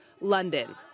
London